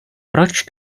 proč